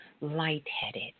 lightheaded